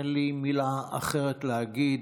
אין לי מילה אחרת להגיד.